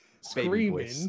screaming